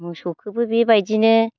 मोसौखोबो बेबायदिनो